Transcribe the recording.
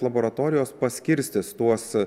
laboratorijos paskirstys tuos